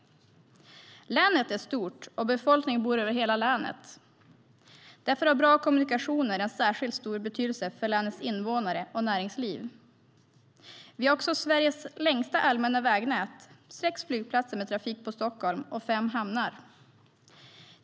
Länet är stort, och befolkningen bor över hela länet. Därför har bra kommunikationer en särskilt stor betydelse för länets invånare och näringsliv. Vi har också Sveriges längsta allmänna vägnät, sex flygplatser med trafik på Stockholm och fem hamnar.